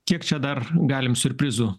kiek čia dar galim siurprizų